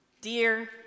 dear